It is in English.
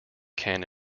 can